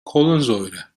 kohlensäure